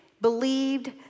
believed